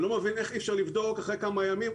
אני לא מבין איך אי אפשר לבדוק אחרי כמה ימים.